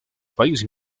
país